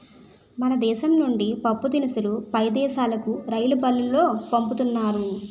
మన దేశం నుండి పప్పుదినుసులు పై దేశాలుకు రైలుబల్లులో పంపుతున్నారు